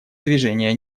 движения